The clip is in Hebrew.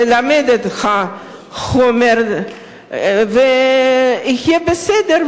תלמד את החומר ויהיה בסדר,